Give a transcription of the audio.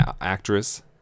Actress